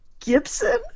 gibson